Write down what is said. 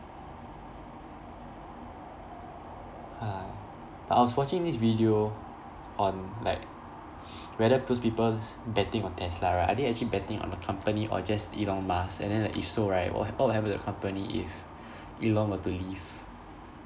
but I was watching this video on like whether those people betting on tesla right are they actually betting on the company or just elon musk and then if so right what what will happen to the company if elon was to leave